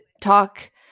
talk